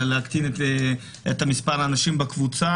להקטין את מספר האנשים בקבוצה,